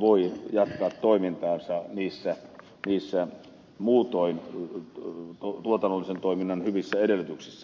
voi jatkaa toimintaansa niissä muutoin tuotannollisen toiminnan hyvissä edellytyksissä